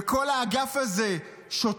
וכל האגף הזה שותק.